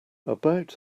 about